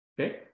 Okay